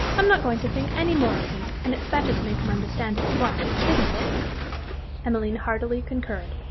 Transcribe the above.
i'm not going to think any more of him, and it's better to make him understand it at once isn't it emmeline heartily concurred.